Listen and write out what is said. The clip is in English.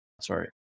sorry